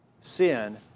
Sin